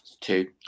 Two